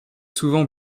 souvent